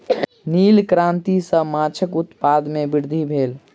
नील क्रांति सॅ माछक उत्पादन में वृद्धि भेल